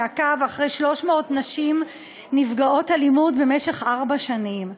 שעקב אחרי 300 נשים נפגעות אלימות במשך ארבע שנים.